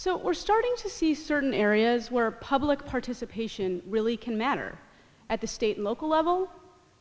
so we're starting to see certain areas where public participation really can matter at the state and local level